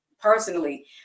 personally